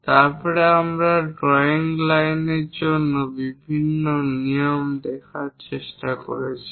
তারপরে আমরা এই ড্রয়িং লাইনের জন্য বিভিন্ন নিয়ম দেখার চেষ্টা করেছি